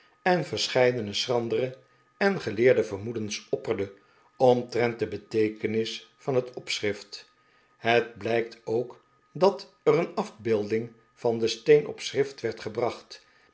en verscheidene schrandere en geleerde vermoedens opperde omtrent de beteekenis van het opschrift het blijkt ook dat er een afbeelding van den steen op schrift werd gebracht